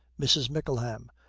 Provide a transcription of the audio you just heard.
mrs. mickleham.